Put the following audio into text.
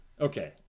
okay